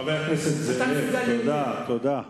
חבר הכנסת זאב, תודה.